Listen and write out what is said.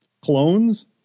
Clones